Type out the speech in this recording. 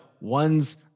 one's